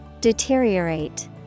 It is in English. Deteriorate